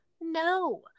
no